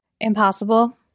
Impossible